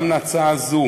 להצעת חוק זו